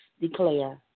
declare